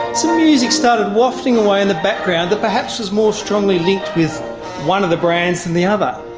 some music started wafting away in the background that perhaps was more strongly linked with one of the brands than the other.